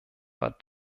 war